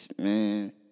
man